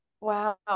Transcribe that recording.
wow